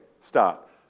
Stop